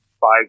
five